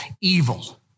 evil